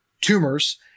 tumors